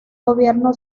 gobierno